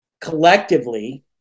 collectively